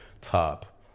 top